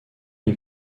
une